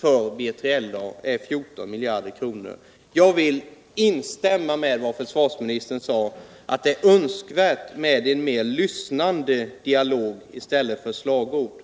hos B3LA uppgår till 14 miljarder. Jag vill instämma med vad försvarsministern sade, nämligen att der är önskvärt med en mer lyssnande dialog i stället för slagord.